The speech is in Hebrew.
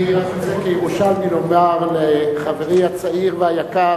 הנה, אני רק רוצה כירושלמי לומר לחברי הצעיר והיקר